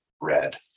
red